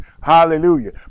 hallelujah